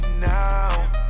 now